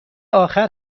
آخر